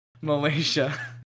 Malaysia